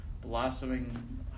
blossoming